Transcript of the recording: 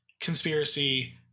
conspiracy